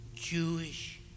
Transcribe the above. Jewish